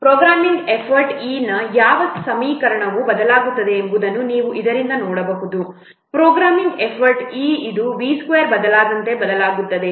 programming effort E ನ ಯಾವ ಸಮೀಕರಣವು ಬದಲಾಗುತ್ತದೆ ಎಂಬುದನ್ನು ನೀವು ಇದರಿಂದ ನೋಡಬಹುದು ಪ್ರೋಗ್ರಾಮಿಂಗ್ ಎಫರ್ಟ್ E ಇದು V2 ಬದಲಾದಂತೆ ಬದಲಾಗುತ್ತದೆ